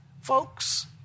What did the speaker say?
folks